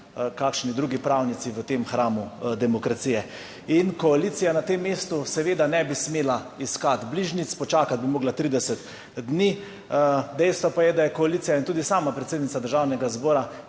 kakšni drugi pravnici v tem hramu demokracije in koalicija na tem mestu seveda ne bi smela iskati bližnjic, počakati bi morala 30 dni, dejstvo pa je, da je koalicija in tudi sama predsednica državnega zbora